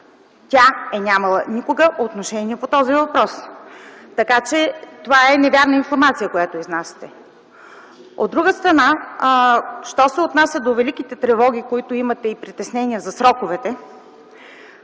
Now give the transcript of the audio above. Тя е нямала никога отношение по този въпрос. Това е невярна информация, която изнасяте. От друга страна, що се отнася до великите тревоги и притеснения, които